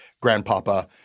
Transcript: grandpapa